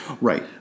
Right